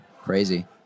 Crazy